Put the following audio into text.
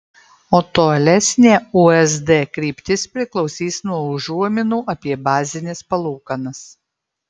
o tolesnė usd kryptis priklausys nuo užuominų apie bazines palūkanas